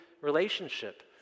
relationship